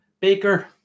Baker